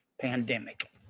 Pandemic